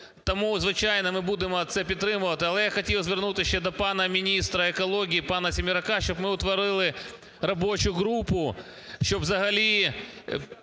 Тому, звичайно, ми будемо це підтримувати. Але я хотів ще звернутись ще до пана міністра екології, пана Семерака, щоб ми утворили робочу групу, щоб взагалі